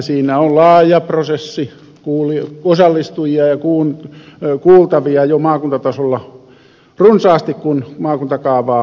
siinä on laaja prosessi osallistujia ja kuultavia jo maakuntatasolla runsaasti kun maakuntakaavaa laaditaan